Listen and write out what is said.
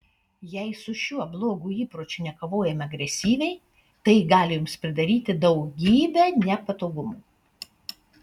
jei su šiuo blogu įpročiu nekovojama agresyviai tai gali jums pridaryti daugybę nepatogumų